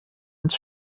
ins